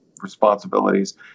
responsibilities